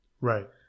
Right